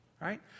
right